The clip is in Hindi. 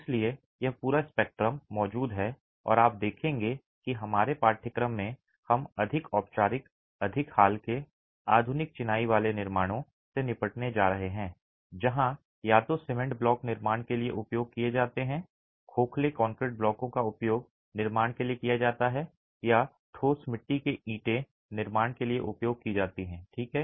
इसलिए यह पूरा स्पेक्ट्रम मौजूद है और आप देखेंगे कि हमारे पाठ्यक्रम में हम अधिक औपचारिक अधिक हाल के आधुनिक चिनाई वाले निर्माणों से निपटने जा रहे हैं जहां या तो सीमेंट ब्लॉक निर्माण के लिए उपयोग किए जाते हैं खोखले कंक्रीट ब्लॉकों का उपयोग निर्माण के लिए किया जाता है या ठोस मिट्टी की ईंटें निर्माण के लिए उपयोग की जाती हैं ठीक है